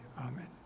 amen